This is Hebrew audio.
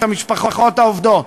את המשפחות העובדות.